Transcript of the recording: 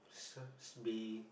s~ supposed to be